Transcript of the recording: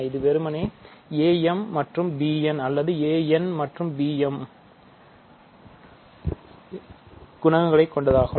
இது வெறுமனே am மற்றும் bn அல்லது an மற்றும் bm குணகங்களை கொண்டதாகும்